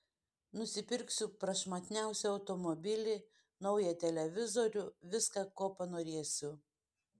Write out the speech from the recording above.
nusipirksiu prašmatniausią automobilį naują televizorių viską ko panorėsiu